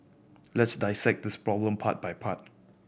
let's dissect this problem part by part